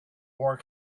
war